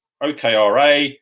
OKRA